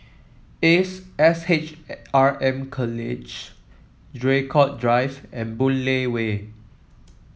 Ace S H R M College Draycott Drive and Boon Lay Way